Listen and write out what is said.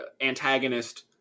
antagonist